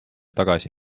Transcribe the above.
tagasi